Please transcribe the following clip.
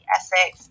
Essex